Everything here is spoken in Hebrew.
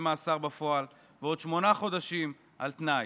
מאסר בפועל ועוד שמונה חודשים על תנאי.